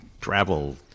travel